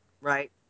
right